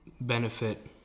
benefit